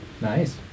Nice